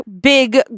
big